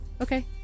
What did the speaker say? Okay